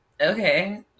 Okay